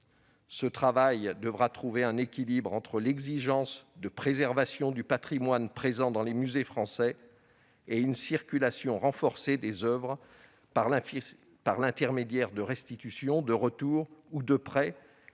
Ce travail devra trouver un équilibre entre l'exigence de préservation du patrimoine présent dans les musées français et une circulation renforcée des oeuvres par l'intermédiaire de restitutions, de retours ou de prêts,